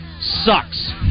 sucks